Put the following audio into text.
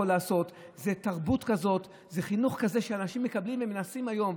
זאת תרבות כזאת, זה חינוך כזה שאנשים מקבלים היום.